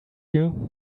you